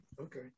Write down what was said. Okay